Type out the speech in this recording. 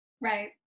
Right